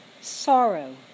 sorrow